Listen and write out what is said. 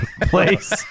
place